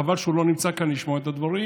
חבל שהוא לא נמצא כאן לשמוע את הדברים.